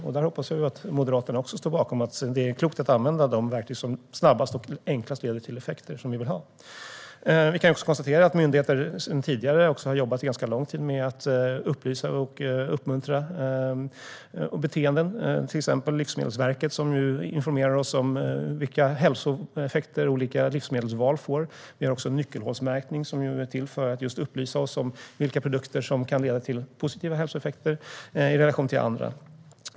Jag hoppas att också Moderaterna står bakom att det är klokt att använda de verktyg som snabbast och enklast leder till de effekter som vi vill ha. Vi kan konstatera att myndigheter sedan tidigare och under en ganska lång tid har jobbat med att upplysa människor och uppmuntra beteenden. Det gäller till exempel Livsmedelsverket, som informerar oss om vilka hälsoeffekter olika livsmedelsval får. Vi har också nyckelhålsmärkning, som är till för att just upplysa oss om vilka produkter som kan leda till positiva hälsoeffekter i relation till andra.